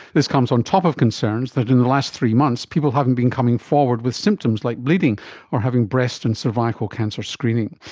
this comes on top of concerns that in the last three months people haven't been coming forward with symptoms like bleeding or having breast and cervical cancer screening.